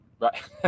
Right